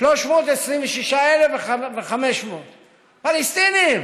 326,500 פלסטינים.